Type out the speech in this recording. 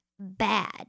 bad